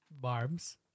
Barb's